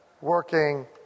working